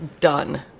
Done